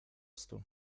stu